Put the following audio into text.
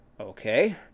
Okay